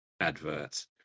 advert